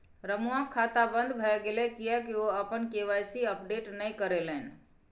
रमुआक खाता बन्द भए गेलै किएक ओ अपन के.वाई.सी अपडेट नहि करेलनि?